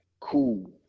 cool